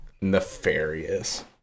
Nefarious